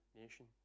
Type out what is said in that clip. nation